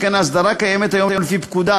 שכן ההסדרה הקיימת היום לפי פקודת